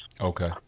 Okay